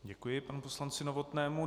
Děkuji panu poslanci Novotnému.